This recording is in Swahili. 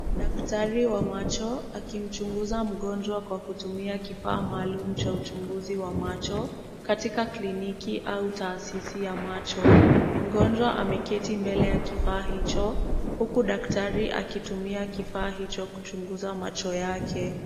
Daktari wa macho akimchunguza mgonjwa kwa kutumia kifaa maalum cha uchunguzi wa macho, katika kliniki au taasisi ya macho. Mgonjwa ameketi mbele ya kifaa hicho, huku daktari akitumia kifaa hicho kuchunguza macho yake.